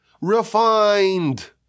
refined